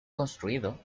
construido